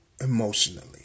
emotionally